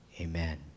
amen